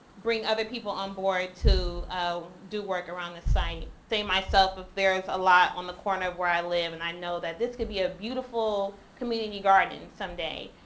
bring other people on-board to do work around the site. say myself, if there's a lot on the corner where i live and i know this could be a beautiful community garden someday,